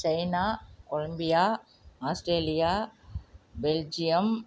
China Olympia Australia Belgium